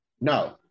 No